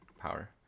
power